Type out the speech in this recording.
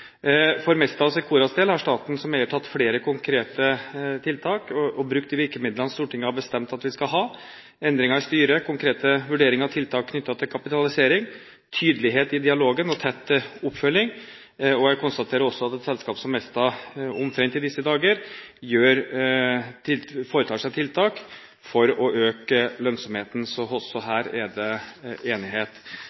For Mesta og Secoras del har staten som eier iverksatt flere konkrete tiltak og brukt de virkemidlene som Stortinget har bestemt at vi skal ha – endringer i styret, konkrete vurderinger av tiltak knyttet til kapitalisering, tydelighet i dialogen og tett oppfølging. Jeg konstaterer også at Mesta omtrent i disse dager foretar tiltak for å øke lønnsomheten, så også